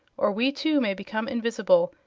or we too may become invisible,